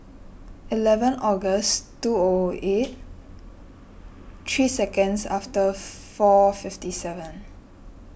eleven August two O O eight three seconds after four fifty seven